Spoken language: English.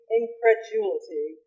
incredulity